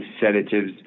sedatives